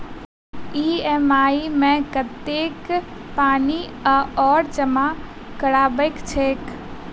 EMI मे कतेक पानि आओर जमा करबाक छैक?